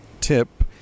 tip